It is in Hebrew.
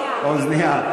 אוזנייה.